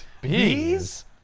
Bees